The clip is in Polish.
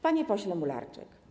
Panie Pośle Mularczyk!